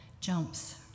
jumps